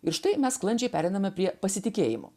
ir štai mes sklandžiai pereiname prie pasitikėjimo